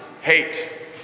hate